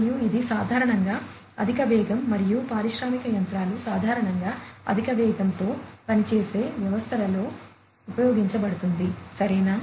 మరియు ఇది సాధారణంగా అధిక వేగం మరియు పారిశ్రామిక యంత్రాలు సాధారణంగా అధిక వేగంతో పనిచేసే వ్యవస్థలలో ఉపయోగించబడుతుందిసరేనా